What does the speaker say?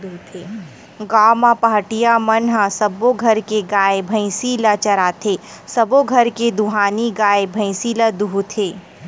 गाँव म पहाटिया मन ह सब्बो घर के गाय, भइसी ल चराथे, सबो घर के दुहानी गाय, भइसी ल दूहथे